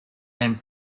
and